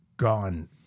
gone